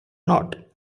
not